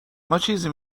ماچیزی